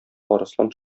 арыслан